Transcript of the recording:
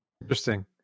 Interesting